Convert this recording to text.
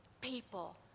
people